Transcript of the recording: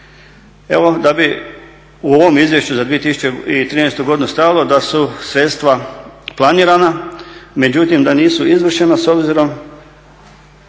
Evo da bi u ovom izvješću za 2013.godinu stajalo da su sredstva planirana međutim da nisu izvršena s obzirom